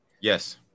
yes